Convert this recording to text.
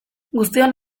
guztion